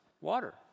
water